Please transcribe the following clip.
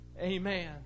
Amen